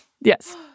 Yes